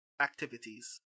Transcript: activities